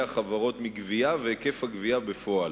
החברות מגבייה ואחר היקף הגבייה בפועל.